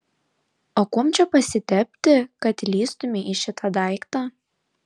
o kuom čia pasitepti kad įlįstumei į šitą daiktą